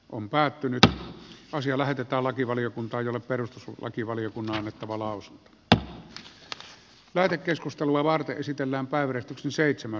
puhemiesneuvosto ehdottaa että asia lähetetään lakivaliokuntaan jolle perustuslakivaliokunnan on annettava lausunto